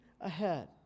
ahead